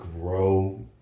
grow